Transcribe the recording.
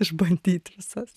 išbandyt visas